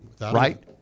right